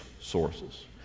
sources